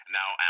now